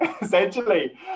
essentially